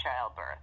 childbirth